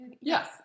Yes